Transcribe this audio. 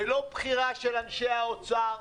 זה לא בחירה של אנשי האוצר,